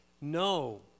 No